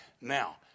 now